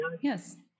Yes